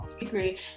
agree